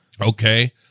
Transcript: Okay